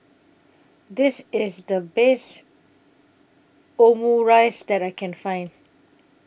This IS The Best Omurice that I Can Find